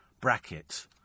bracket